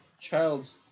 child's